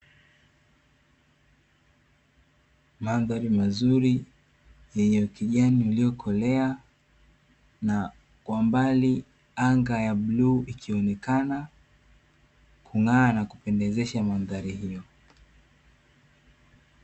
Mandhari mazuri yenye ukijani uliokolea, na kwa mbali anga ya bluu ikionekana kung'aa na kupendezesha mandhari hiyo.